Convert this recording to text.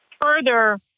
further